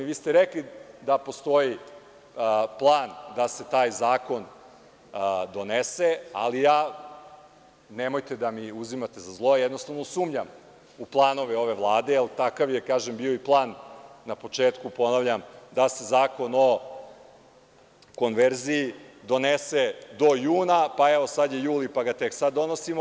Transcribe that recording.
Rekli ste da postoji plan da se taj zakondonese, ali ja, nemojte da mi uzimate za zlo, jednostavno sumnjam u planove ove Vlade, jer takav je bio i plan na početku, ponavljam da se zakon o konverziji do donese do juna, sada je jul, pa ga tek sada donosimo.